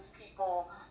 people